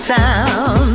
town